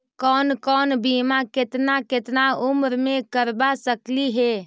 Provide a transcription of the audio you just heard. कौन कौन बिमा केतना केतना उम्र मे करबा सकली हे?